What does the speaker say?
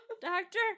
Doctor